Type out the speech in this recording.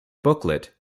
booklet